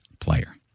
player